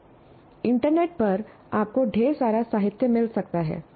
internet पर आपको ढेर सारा साहित्य मिल सकता है